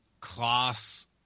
class